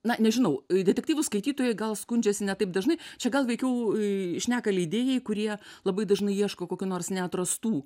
na nežinau detektyvų skaitytojai gal skundžiasi ne taip dažnai čia gal veikiau šneka leidėjai kurie labai dažnai ieško kokių nors neatrastų